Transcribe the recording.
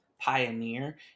pioneer